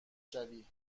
شوی